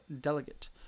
delegate